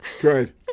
good